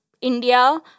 India